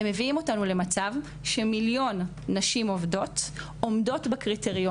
הם מביאים אותנו למצב שמיליון נשים עובדות עומדות בקריטריונים.